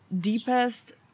deepest